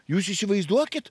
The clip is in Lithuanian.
jūs įsivaizduokit